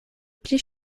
pli